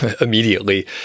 immediately